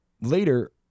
later